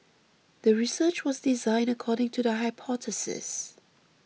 the research was designed according to the hypothesis